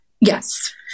yes